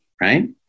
right